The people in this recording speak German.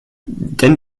denn